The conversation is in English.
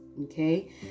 Okay